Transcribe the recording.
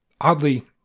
oddly